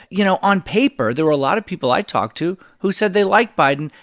you know, on paper, there were a lot of people i talked to who said they like biden.